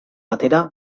batera